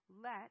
let